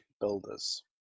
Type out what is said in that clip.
builders